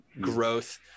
growth